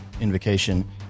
invocation